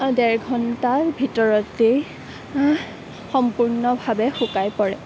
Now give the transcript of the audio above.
ডেৰ ঘণ্টাৰ ভিতৰতেই সম্পূৰ্ণভাৱে শুকাই পৰে